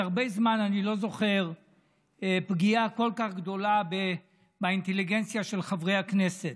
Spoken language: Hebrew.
הרבה זמן אני לא זוכר פגיעה כל כך גדולה באינטליגנציה של חברי הכנסת.